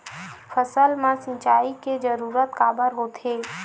फसल मा सिंचाई के जरूरत काबर होथे?